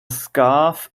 scarf